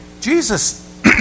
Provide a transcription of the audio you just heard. jesus